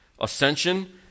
ascension